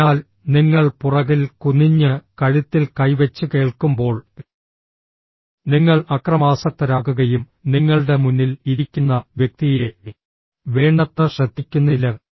അതിനാൽ നിങ്ങൾ പുറകിൽ കുനിഞ്ഞ് കഴുത്തിൽ കൈവെച്ച് കേൾക്കുമ്പോൾ നിങ്ങൾ അക്രമാസക്തരാകുകയും നിങ്ങളുടെ മുന്നിൽ ഇരിക്കുന്ന വ്യക്തിയെ വേണ്ടത്ര ശ്രദ്ധിക്കുന്നില്ല